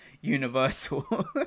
Universal